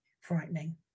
frightening